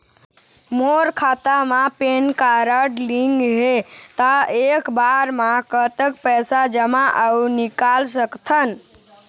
मोर खाता मा PAN card link हे ता एक बार मा कतक पैसा जमा अऊ निकाल सकथन?